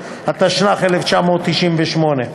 התשנ"ח 1998,